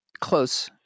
close